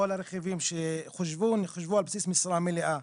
כל הרכיבים שחושבו, הם חושבו על בסיס משרה מלאה.